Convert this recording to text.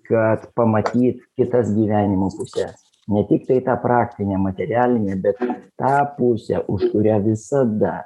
kad pamatyt kitas gyvenimo puses netiktai tą praktinę materialinę bet ir tą pusę už kurią visada